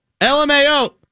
LMAO